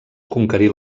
conquerir